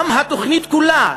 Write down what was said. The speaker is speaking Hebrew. גם התוכנית כולה,